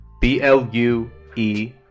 b-l-u-e